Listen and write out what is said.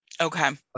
okay